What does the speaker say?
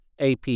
AP